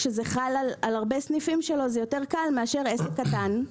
כשזה חל על הרבה סניפים שלו זה קל יותר מאשר עסק קטן.